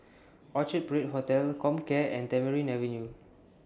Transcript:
Orchard Parade Hotel Comcare and Tamarind Avenue